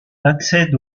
accède